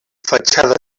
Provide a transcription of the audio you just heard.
fatxada